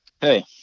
Hey